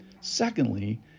secondly